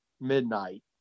midnight